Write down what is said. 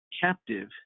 captive